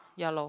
ya lor